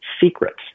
secrets